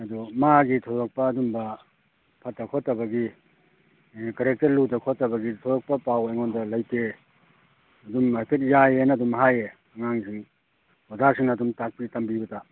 ꯑꯗꯣ ꯃꯥꯒꯤ ꯊꯣꯏꯗꯣꯛꯄ ꯑꯗꯨꯝꯕ ꯐꯠꯇ ꯈꯣꯠꯇꯕꯒꯤ ꯀꯦꯔꯦꯛꯇꯔ ꯂꯨꯗꯕ ꯈꯣꯠꯇꯕꯒꯤ ꯊꯣꯏꯗꯣꯛꯄ ꯄꯥꯎ ꯑꯩꯉꯣꯟꯗ ꯂꯩꯇꯦ ꯑꯗꯨꯝ ꯍꯥꯏꯐꯦꯠ ꯌꯥꯏꯑꯅ ꯑꯗꯨꯝ ꯍꯥꯏ ꯑꯉꯥꯡꯁꯤꯡ ꯑꯣꯖꯥꯁꯤꯡꯅ ꯑꯗꯨꯝ ꯇꯥꯛꯄꯤ ꯇꯝꯕꯤꯕꯗ